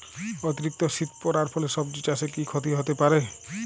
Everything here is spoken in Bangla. অতিরিক্ত শীত পরার ফলে সবজি চাষে কি ক্ষতি হতে পারে?